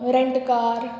rent a car